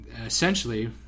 essentially